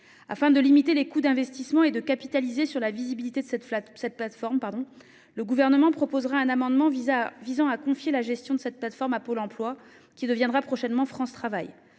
Afin de limiter les coûts d'investissements et de capitaliser sur la visibilité de la plateforme, le Gouvernement proposera un amendement visant à en confier la gestion à Pôle emploi, qui deviendra prochainement France Travail.